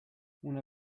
una